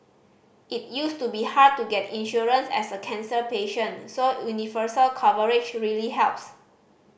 it used to be hard to get insurance as a cancer patient so universal coverage really helps